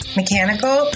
mechanical